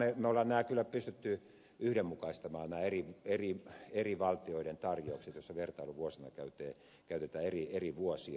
me olemme kyllä pystyneet yhdenmukaistamaan nämä eri valtioiden tarjoukset joissa vertailuvuosina käytetään eri vuosia